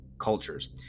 cultures